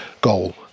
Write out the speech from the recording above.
goal